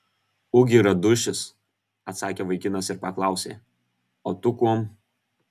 ugi radušis atsakė vaikinas ir paklausė o tu kuom